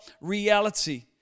reality